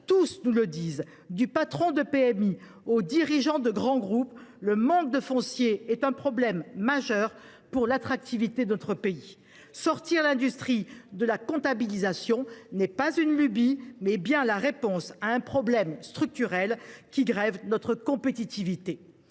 tous nous le disent, du patron de PMI au dirigeant de grand groupe : le manque de foncier est un problème majeur pour l’attractivité de notre pays. Absolument ! Sortir l’industrie de la comptabilisation ne relève donc pas d’une lubie, c’est la réponse à un problème structurel, qui grève notre compétitivité.